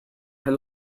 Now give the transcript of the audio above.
had